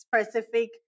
specific